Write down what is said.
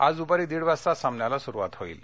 आज दुपारी दीड वाजता सामन्याला सुरुवात होईल